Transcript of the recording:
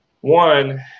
One